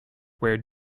where